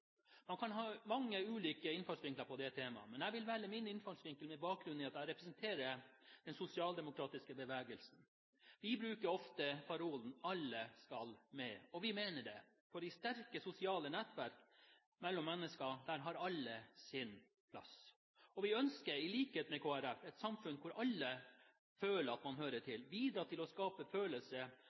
Man kan ha mange ulike innfallsvinkler til det temaet, men jeg vil velge min innfallsvinkel med bakgrunn i at jeg representerer den sosialdemokratiske bevegelsen. Vi bruker ofte parolen «alle skal med», og vi mener det, for i sterke sosiale nettverk mellom mennesker har alle sin plass. Vi ønsker, i likhet med Kristelig Folkeparti, et samfunn hvor alle føler at man hører til, vi ønsker å skape en følelse